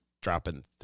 dropping